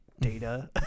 data